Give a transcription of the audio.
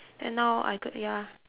and now I c~ ya